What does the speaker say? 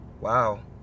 wow